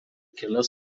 kelias